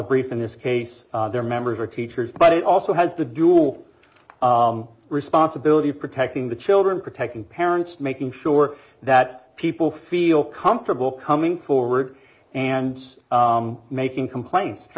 brief in this case their members or teachers but it also has the dual responsibility of protecting the children protecting parents making sure that people feel comfortable coming forward and making complaints i